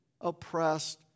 oppressed